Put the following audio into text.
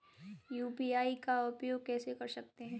UPI का उपयोग कैसे कर सकते हैं?